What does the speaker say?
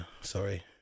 sorry